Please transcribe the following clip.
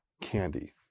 candy